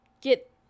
get